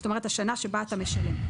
זאת אומרת, השנה שבה אתה משלם.